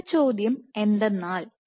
അടുത്ത ചോദ്യം എന്തെന്നാൽ